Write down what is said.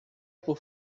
por